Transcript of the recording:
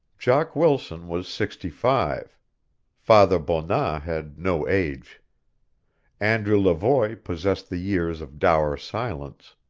jock wilson was sixty-five father bonat had no age andrew levoy possessed the years of dour silence.